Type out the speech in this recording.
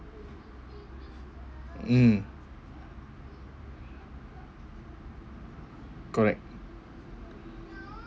mm correct